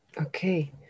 Okay